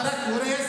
אתה רק הורס,